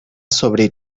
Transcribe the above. sobre